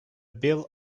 bill